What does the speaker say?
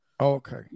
Okay